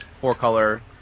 Four-Color